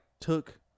took